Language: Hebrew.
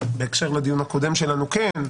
בהקשר לדיון הקודם שלנו כן,